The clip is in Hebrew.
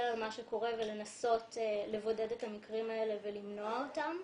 על מה שקורה ולנסות לבודד את המקרים האלה ולמנוע אותם.